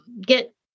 get